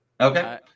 Okay